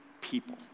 people